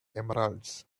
emeralds